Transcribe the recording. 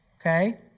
Okay